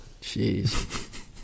Jeez